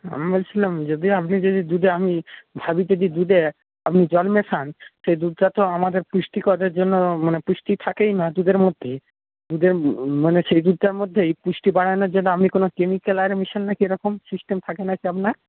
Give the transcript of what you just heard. আমি বলছিলাম যদি আপনি যদি দুধে আমি দুধে আপনি জল মেশান সেই দুধটা তো আমাদের পুষ্টিকরের জন্য মানে পুষ্টি থাকেই না দুধের মধ্যে দুধের মানে সেই দুধটার মধ্যেই পুষ্টি বাড়ানোর জন্য আপনি কোনো কেমিক্যাল আয়রণ মেশান নাকি এরকম সিস্টেম থাকে নাকি আপনার